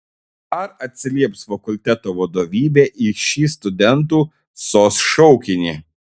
ar atsilieps fakulteto vadovybė į šį studentų sos šaukinį